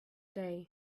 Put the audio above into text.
day